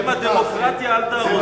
בשם הדמוקרטיה אל תהרוס,